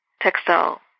textile